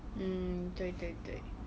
mm 对对对